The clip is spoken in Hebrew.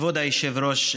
כבוד היושב-ראש,